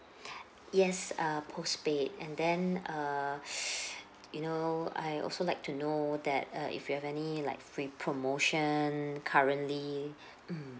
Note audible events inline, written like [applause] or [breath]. [breath] yes err postpaid and then err [breath] you know I also like to know that uh if you have any like free promotion currently mm